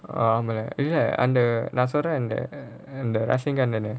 ஆமா:aamaa lah இல்ல அந்த நான் சொல்றேன்:illa antha naan solraen and the and the wrestling guy